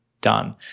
done